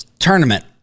tournament